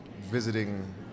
visiting